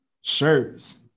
shirts